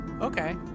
okay